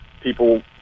people